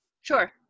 Sure